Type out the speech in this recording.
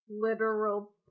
literal